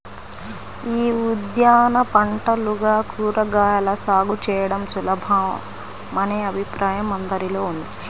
యీ ఉద్యాన పంటలుగా కూరగాయల సాగు చేయడం సులభమనే అభిప్రాయం అందరిలో ఉంది